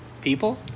people